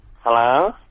Hello